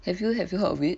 have you have you heard of it